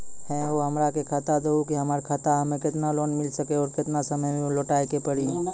है हो हमरा के बता दहु की हमार खाता हम्मे केतना लोन मिल सकने और केतना समय मैं लौटाए के पड़ी?